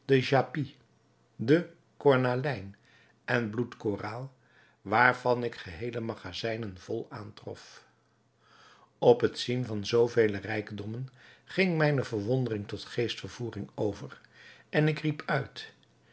den cornalijn en bloedkoraal waarvan ik geheele magazijnen vol aantrof op het zien van zoo vele rijkdommen ging mijne verwondering tot geestvervoering over en ik riep uit